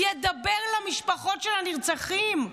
ידבר אל המשפחות של הנרצחים?